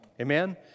Amen